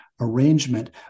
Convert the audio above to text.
arrangement